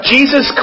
Jesus